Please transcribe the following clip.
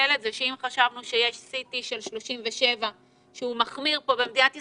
מתוסכלת הוא שאם חשבנו שיש CT של 37 פה במדינת ישראל,